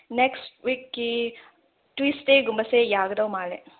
next ꯋꯤꯛꯀꯤ ꯇ꯭ꯌꯨꯁꯗꯦꯒꯨꯝꯕꯁꯦ ꯌꯥꯒꯗꯧ ꯃꯥꯜꯂꯦ